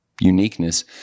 uniqueness